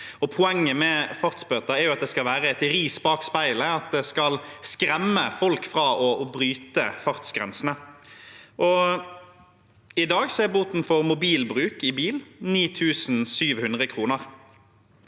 Poenget med fartsbøter er at det skal være et ris bak speilet, at det skal skremme folk fra å bryte fartsgrensene. I dag er boten for mobilbruk i bil 9 700 kr.